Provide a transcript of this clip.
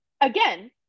again